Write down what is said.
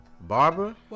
Barbara